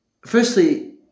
firstly